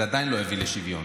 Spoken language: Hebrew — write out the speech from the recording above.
זה עדיין לא יביא לשוויון.